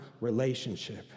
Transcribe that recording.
relationship